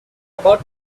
about